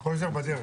קרויזר בדרך.